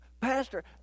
Pastor